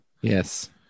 Yes